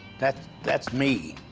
that's that's me.